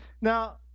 Now